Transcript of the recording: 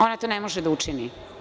Ona to ne može da učini.